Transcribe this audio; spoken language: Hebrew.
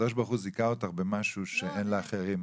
הקדוש ברוך הוא זיכה אותך במשהו שאין לאחרים.